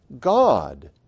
God